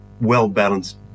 well-balanced